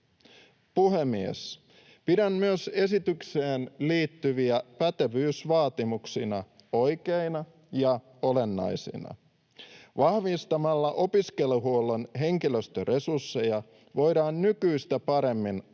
Puhemies! Pidän myös esitykseen liittyviä pätevyysvaatimuksia oikeina ja olennaisina. Vahvistamalla opiskeluhuollon henkilöstöresursseja voidaan nykyistä paremmin